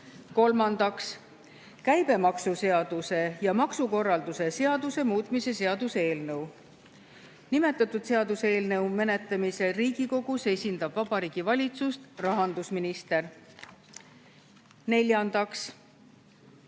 Kolmandaks, käibemaksuseaduse ja maksukorralduse seaduse muutmise seaduse eelnõu. Nimetatud seaduseelnõu menetlemisel Riigikogus esindab Vabariigi Valitsust rahandusminister. Neljandaks,